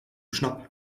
schnapp